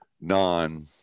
non-